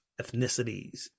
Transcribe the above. ethnicities